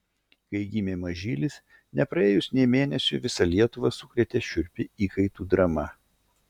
kai gimė mažylis nepraėjus nė mėnesiui visą lietuvą sukrėtė šiurpi įkaitų drama